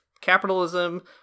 capitalism